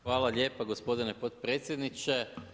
Hvala lijepa gospodine potpredsjedniče.